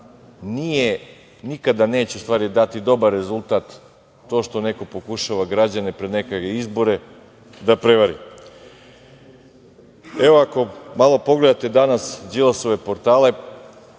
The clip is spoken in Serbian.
nikada neće dati dobar rezultat to što neko pokušava građane pred neke izbore da prevari. Evo, ako malo pogledate danas Đilasove portale,